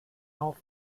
auf